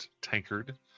tankard